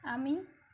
আমি